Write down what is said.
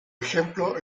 ejemplo